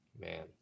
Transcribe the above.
Man